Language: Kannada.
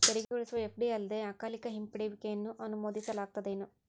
ತೆರಿಗೆ ಉಳಿಸುವ ಎಫ.ಡಿ ಅಲ್ಲೆ ಅಕಾಲಿಕ ಹಿಂಪಡೆಯುವಿಕೆಯನ್ನ ಅನುಮತಿಸಲಾಗೇದೆನು?